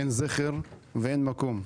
אין לו זכר ואין לו מקום.